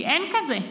כי אין כזה.